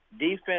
defense